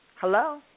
Hello